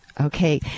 Okay